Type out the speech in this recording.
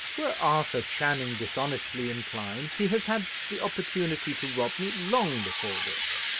were arthur channing dishonestly inclined he has had the opportunity to rob me long before this.